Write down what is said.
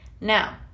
Now